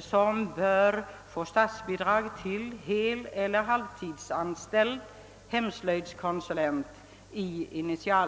som redan i initialskedet bör erhålla statsbidrag till heleller halvtidsanställd hemslöjdskonsulent.